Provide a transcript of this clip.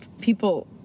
people